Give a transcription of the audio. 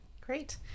great